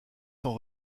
sont